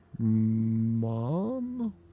Mom